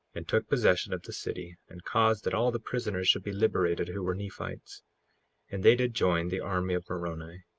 and took possession of the city, and caused that all the prisoners should be liberated, who were nephites and they did join the army of moroni,